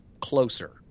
closer